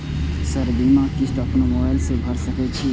Sir बीमा किस्त अपनो मोबाईल से भर सके छी?